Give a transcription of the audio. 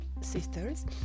sisters